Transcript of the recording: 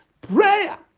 prayer